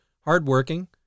hardworking